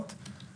בסך